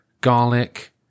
garlic